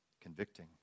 convicting